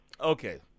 Okay